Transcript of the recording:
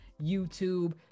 youtube